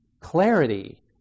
clarity